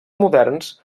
moderns